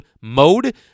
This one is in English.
mode